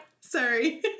Sorry